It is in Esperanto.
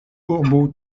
urbo